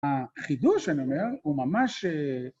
החידוש, אני אומר, הוא ממש...